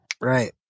Right